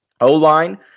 O-line